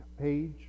page